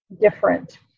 different